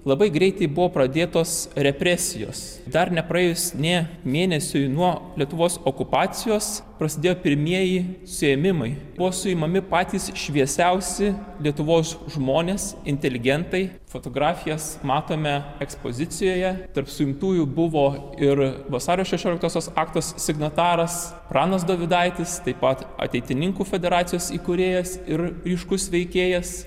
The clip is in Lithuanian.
labai greitai buvo pradėtos represijos dar nepraėjus nė mėnesiui nuo lietuvos okupacijos prasidėjo pirmieji suėmimai buvo suimami patys šviesiausi lietuvos žmonės inteligentai fotografijas matome ekspozicijoje tarp suimtųjų buvo ir vasario šešioliktosios akto signataras pranas dovydaitis taip pat ateitininkų federacijos įkūrėjas ir ryškus veikėjas